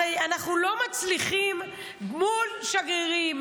הרי אנחנו לא מצליחים מול שגרירים